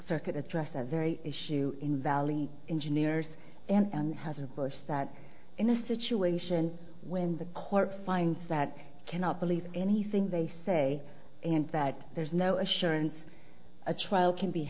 could address a very issue in valley engineers and has of course that in a situation when the court finds that cannot believe anything they say and that there's no assurance a trial can be